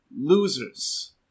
losers